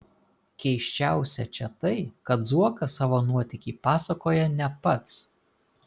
keisčiausia čia tai kad zuokas savo nuotykį pasakoja ne pats